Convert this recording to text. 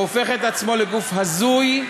הוא הופך את עצמו לגוף הזוי,